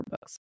books